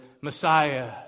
Messiah